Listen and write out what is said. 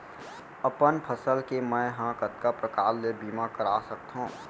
अपन फसल के मै ह कतका प्रकार ले बीमा करा सकथो?